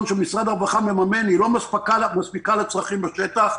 שמשרד הרווחה מממן לא מספיקה לצרכים בשטח.